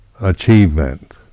achievement